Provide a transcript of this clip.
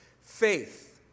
Faith